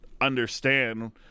understand –